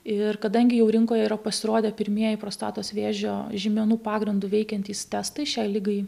ir kadangi jau rinkoje yra pasirodę pirmieji prostatos vėžio žymenų pagrindu veikiantys testai šiai ligai